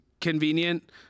convenient